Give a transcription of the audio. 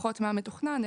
פחות מהמתוכנן,